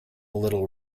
little